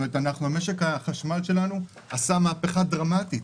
משק החשמל שלנו עשה מהפכה דרמטית.